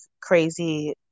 crazy